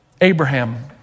Abraham